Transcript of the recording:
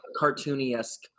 cartoony-esque